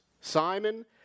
Simon